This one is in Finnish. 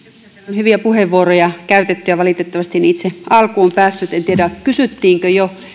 hyviä puheenvuoroja käytetty ja valitettavasti en itse alkuun päässyt en tiedä kysyttiinkö jo